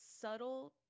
subtle